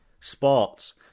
sports